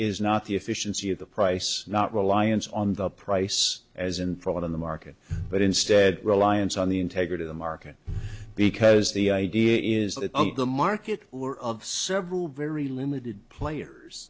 is not the efficiency of the price not reliance on the price as in front of the market but instead reliance on the integrity of the market because the idea is that the market or of several very limited players